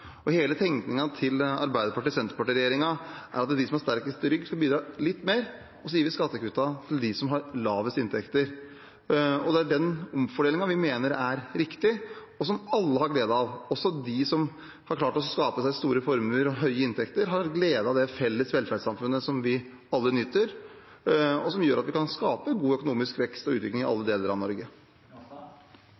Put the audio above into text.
Hele tenkningen til Arbeiderparti–Senterparti-regjeringen er at de som har sterkest rygg, skal bidra litt mer, og så gir vi skattekuttene til dem som har lavest inntekter. Det er den omfordelingen vi mener er riktig, og som alle har glede av. Også de som har klart å skape seg store formuer og høye inntekter, har glede av det felles velferdssamfunnet som vi alle nyter, og som gjør at vi kan skape god økonomisk vekst og utvikling i alle